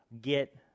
get